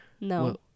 No